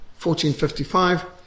1455